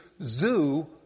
zoo